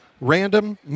random